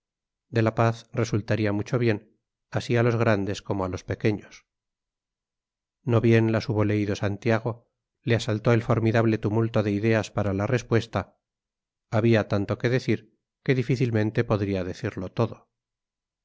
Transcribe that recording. de la paz resultaría mucho bien así a los grandes como a los pequeños no bien las hubo leído santiago le asaltó el formidable tumulto de ideas para la respuesta había tanto que decir que difícilmente podría decirlo todo